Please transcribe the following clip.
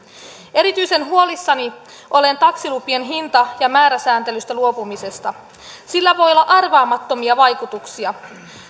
erityisen huolissani olen taksilupien hinta ja määräsääntelystä luopumisesta sillä voi olla arvaamattomia vaikutuksia